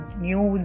news